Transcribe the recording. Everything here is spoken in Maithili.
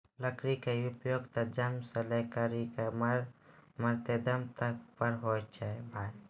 लकड़ी के उपयोग त जन्म सॅ लै करिकॅ मरते दम तक पर होय छै भाय